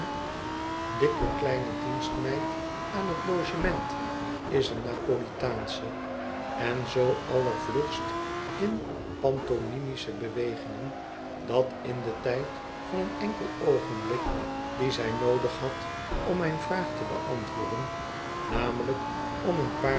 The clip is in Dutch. dikke kleine dienstmeid aan t logement is een napolitaansche en zoo allervlugst in pantomimische bewegingen dat in den tijd van een enkel oogenblik dien zij noodig had om mijn vraag te beantwoorden namelijk om een paar